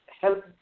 help